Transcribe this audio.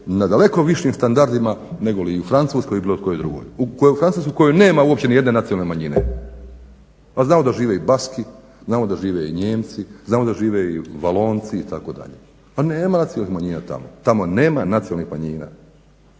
na daleko višim standardima negoli i u Francuskoj i bilo kojoj drugoj, u Francuskoj u kojoj nema uopće nacionalne manjine. Pa znamo da žive i Baski, znamo da žive i Nijemci, znamo da žive i Valonci itd. Pa nema nacionalnih manjina tamo. Tamo nema nacionalnih manjina,